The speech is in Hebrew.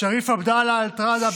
שריף עבדאללה אל-טרדה,